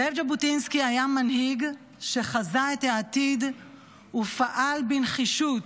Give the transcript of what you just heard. זאב ז'בוטינסקי היה מנהיג שחזה את העתיד ופעל בנחישות